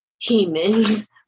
humans